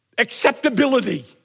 acceptability